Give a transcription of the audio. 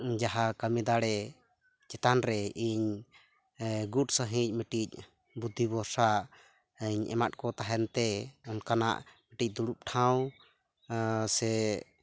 ᱡᱟᱦᱟᱸᱠᱟᱹᱢᱤ ᱫᱟᱲᱮ ᱪᱮᱛᱟᱱᱨᱮ ᱤᱧ ᱜᱩᱴ ᱥᱟᱹᱦᱤᱡ ᱢᱤᱫᱴᱮᱱ ᱵᱩᱫᱽᱫᱷᱤ ᱵᱷᱚᱨᱥᱟ ᱤᱧ ᱮᱢᱟᱫ ᱠᱚ ᱛᱟᱦᱮᱱ ᱛᱮ ᱚᱱᱠᱟᱱᱟᱜ ᱠᱟᱹᱴᱤᱡ ᱫᱩᱲᱩᱵ ᱴᱷᱟᱶ ᱥᱮ